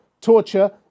torture